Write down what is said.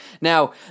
Now